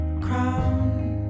crown